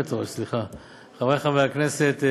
חברי חברי הכנסת,